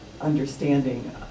understanding